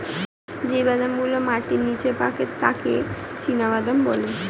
যেই বাদাম গুলো মাটির নিচে পাকে তাকে চীনাবাদাম বলে